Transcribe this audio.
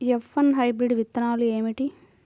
F one hybrid విత్తనాలు ఏమిటి?